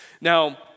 Now